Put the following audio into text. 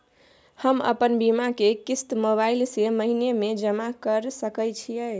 हम अपन बीमा के किस्त मोबाईल से महीने में जमा कर सके छिए?